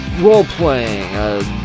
role-playing